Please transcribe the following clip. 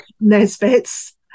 Nesbitt's